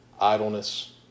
idleness